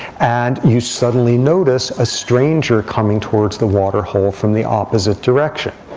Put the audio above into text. and you suddenly notice a stranger coming towards the water hole from the opposite direction.